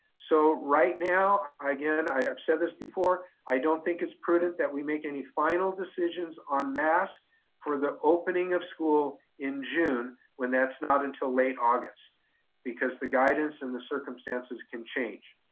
so right now, again, i have said this before, i don't think it's prudent that we make any final decisions on masks for the opening of school in june when that's not until late august because the guidance and the circumstances can change.